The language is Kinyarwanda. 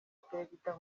perezida